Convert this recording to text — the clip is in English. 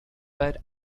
but